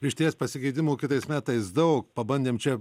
išties pasikeitimų kitais metais daug pabandėm čia